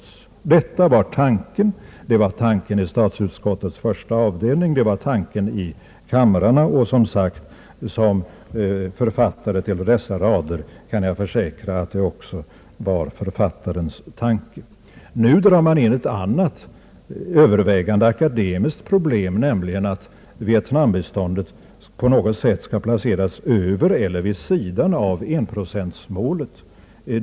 Detta var tanken i statsutskottets första avdelning och i kamrarna, och som författare av dessa rader kan jag också försäkra att det var författarens tanke. Nu blandar man in ett annat övervägande akademiskt problem, att Vietnambiståndet på något sätt skulle placeras över eller vid sidan av 1 Y-målet.